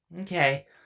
Okay